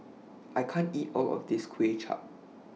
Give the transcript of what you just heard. I can't eat All of This Kuay Chap